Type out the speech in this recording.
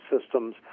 systems